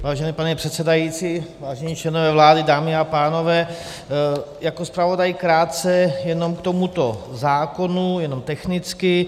Vážený pane předsedající, vážení členové vlády, dámy a pánové, jako zpravodaj krátce jenom k tomuto zákonu, jenom technicky.